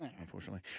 Unfortunately